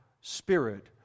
spirit